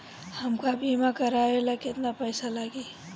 हमका बीमा करावे ला केतना पईसा लागी?